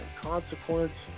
consequence